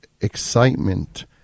excitement